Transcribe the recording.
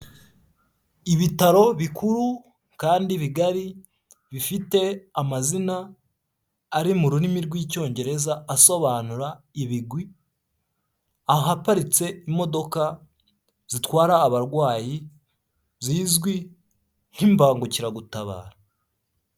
Ibitaro bikuru kandi bigari bifite amazina ari mu rurimi rw'icyongereza asobanura ibigwi, ahaparitse imodoka zitwara abarwayi zizwi nk'imbangukiragutabara.